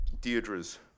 Deirdre's